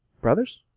Brothers